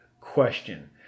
question